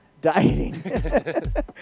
Dieting